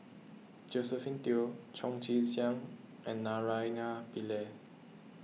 Josephine Teo Chong Tze Chien and Naraina Pillai